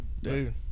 Dude